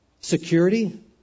security